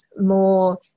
more